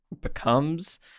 becomes